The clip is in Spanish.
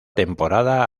temporada